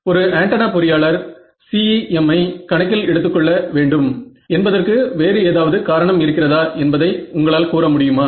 ஒரு ஆண்டனா பொறியாளர் CEM ஐ கணக்கில் எடுத்துக் கொள்ள வேண்டும் என்பதற்கு வேறு ஏதாவது காரணம் இருக்கிறதா என்பதை உங்களால் கூற முடியுமா